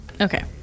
Okay